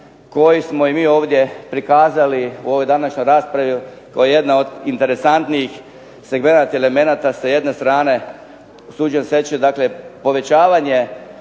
koji smo i mi ovdje prikazali u ovoj današnjoj raspravi kao jedna od interesantnijih segmenata, elemenata. Sa jedne strane usuđujem se reći, dakle, povećavanje